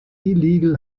illegal